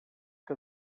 que